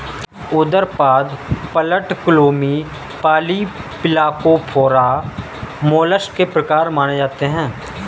उदरपाद, पटलक्लोमी, polyplacophora, mollusc के प्रकार माने जाते है